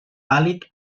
vàlid